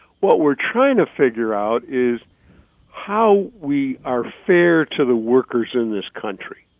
what we're trying to figure out is how we are fair to the workers in this country.